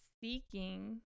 seeking